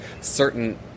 certain